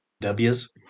W's